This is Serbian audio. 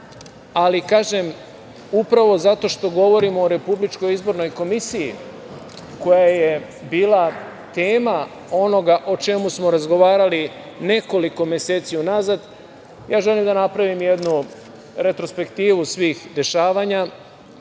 ali kažem, upravo zato što govorimo o Republičkoj izbornoj komisiji, koja je bila tema onoga o čemu smo razgovarali nekoliko meseci unazad, ja želim da napravim jednu retrospektivu svih dešavanja